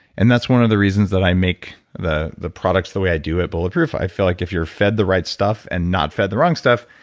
and that's one of the reasons that i make the the products the way i do at bulletproof. i feel like if you're fed the right stuff and not fed the wrong stuff,